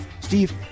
Steve